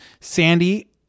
Sandy